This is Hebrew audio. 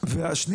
והשני